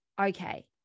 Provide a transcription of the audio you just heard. Okay